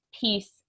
peace